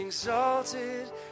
Exalted